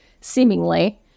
seemingly